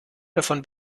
davon